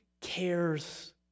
cares